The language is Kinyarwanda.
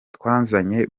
twazanye